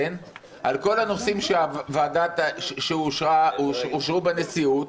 על כל הנושאים שאושרו בנשיאות,